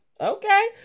okay